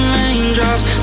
raindrops